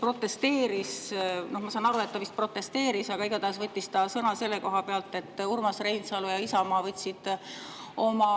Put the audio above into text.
protesteeris – ma saan aru, et ta vist protesteeris, igatahes võttis ta sõna selle kohta –, et Urmas Reinsalu ja Isamaa võtsid oma